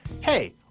Hey